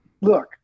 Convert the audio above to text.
look